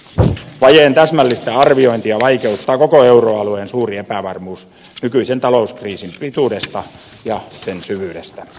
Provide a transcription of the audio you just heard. vajeen täsmällistä arviointia vaikeuttaa koko euroalueen suuri epävarmuus nykyisen talouskriisin pituudesta ja sen syvyydestä